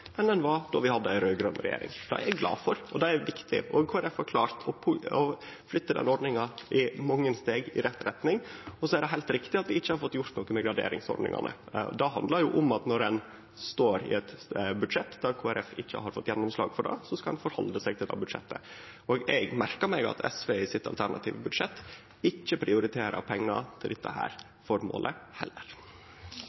enn då vi hadde ei raud-grøn regjering. Det er eg glad for, og det er viktig. Kristeleg Folkeparti har klart å flytte den ordninga mange steg i rett retning. Så er det heilt riktig at vi ikkje har fått gjort noko med graderingsordningane. Det handlar om at når ein står i eit budsjett der Kristeleg Folkeparti ikkje har fått gjennomslag for det, skal ein halde seg til det budsjettet. Eg merkar meg at heller ikkje SV i sitt alternative budsjett prioriterer pengar til dette